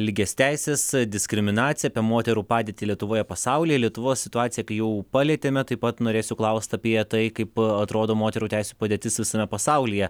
lygias teises diskriminaciją apie moterų padėtį lietuvoje pasauly lietuvos situaciją kai jau palietėme taip pat norėsiu klaust apie tai kaip atrodo moterų teisių padėtis visame pasaulyje